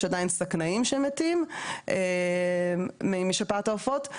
יש עדיין שקנאים שמתים משפעת העופות.